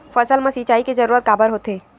फसल मा सिंचाई के जरूरत काबर होथे?